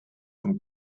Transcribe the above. von